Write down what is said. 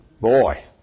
Boy